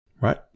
right